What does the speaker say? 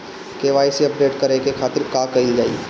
KYC update करे के खातिर का कइल जाइ?